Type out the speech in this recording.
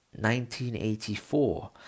1984